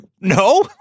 no